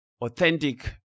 authentic